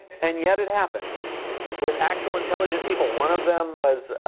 and yet it happened with actual, intelligent people. one of them was